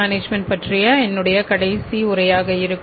management பற்றிய என்னுடைய கடைசி உரையாக இருக்கும்